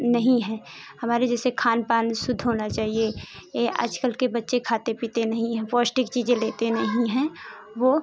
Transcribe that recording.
नही है हमारे जैसे खान पान सुद्ध होना चाहिए ए आज कल के बच्चे खाते पीते नही हैं पौष्टिक चीज़ें लेते नहीं हैं वो